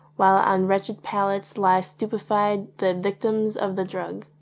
while on wretched pallets lie stupefied the victims of the drug.